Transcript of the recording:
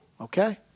okay